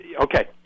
Okay